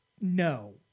No